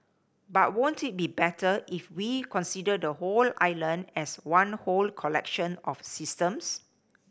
but won't it be better if we consider the whole island as one whole collection of systems